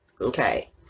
okay